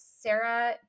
Sarah